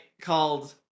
called